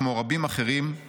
כמו רבים אחרים,